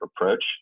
approach